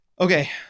Okay